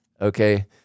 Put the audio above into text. Okay